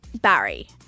Barry